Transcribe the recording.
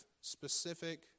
specific